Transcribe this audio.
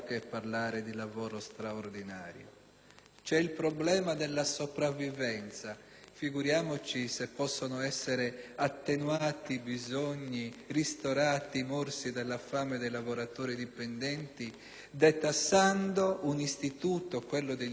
C'è il problema della sopravvivenza, figuriamoci se possono essere attenuati i bisogni, ristorati i morsi della fame dei lavoratori dipendenti detassando un istituto, quello degli straordinari, che ormai